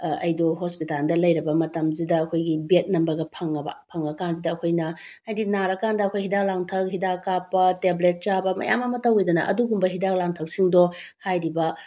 ꯑꯩꯗꯣ ꯍꯣꯁꯄꯤꯇꯥꯜꯗ ꯂꯩꯔꯕ ꯃꯇꯝꯁꯤꯗ ꯑꯩꯈꯣꯏꯒꯤ ꯕꯦꯠ ꯅꯝꯕꯔꯒ ꯐꯪꯉꯕ ꯐꯪꯉꯀꯥꯟꯁꯤꯗ ꯑꯩꯈꯣꯏꯅ ꯍꯥꯏꯗꯤ ꯅꯥꯔꯀꯥꯟꯗ ꯑꯩꯈꯣꯏ ꯍꯤꯗꯥꯛ ꯂꯥꯡꯊꯛ ꯍꯤꯗꯥꯛ ꯀꯥꯞꯄ ꯇꯦꯕ꯭ꯂꯦꯠ ꯆꯥꯕ ꯃꯌꯥꯝ ꯑꯃ ꯇꯧꯏꯗꯅ ꯑꯗꯨꯒꯨꯝꯕ ꯍꯤꯗꯥꯛ ꯂꯥꯡꯊꯛꯁꯤꯡꯗꯣ ꯍꯥꯏꯔꯤꯕ